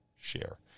share